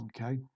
okay